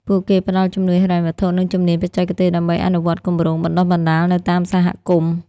ពួកគេផ្តល់ជំនួយហិរញ្ញវត្ថុនិងជំនាញបច្ចេកទេសដើម្បីអនុវត្តគម្រោងបណ្តុះបណ្តាលនៅតាមសហគមន៍។